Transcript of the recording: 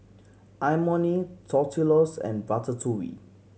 Imoni Tortillas and Ratatouille